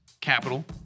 capital